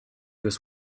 was